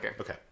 Okay